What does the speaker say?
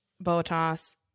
Botas